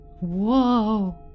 Whoa